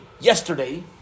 yesterday